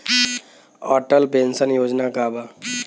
Atal pension योजना का बा?